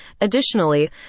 Additionally